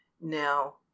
now